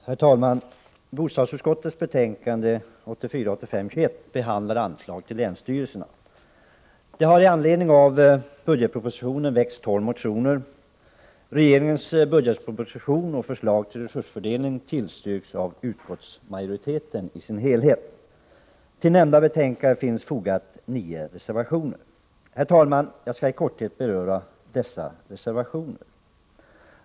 Herr talman! Bostadsutskottets betänkande 1984/85:21 behandlar anslag till länsstyrelserna. Det har i anledning av budgetpropositionen väckts tolv motioner. Regeringens budgetproposition och förslag till resursfördelning tillstyrks i sin helhet av utskottsmajoriteten. Till nämnda betänkande finns fogade nio reservationer. Herr talman! Jag skall i korthet beröra dessa reservationer.